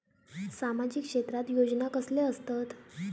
सामाजिक क्षेत्रात योजना कसले असतत?